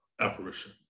apparition